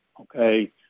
okay